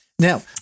Now